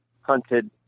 hunted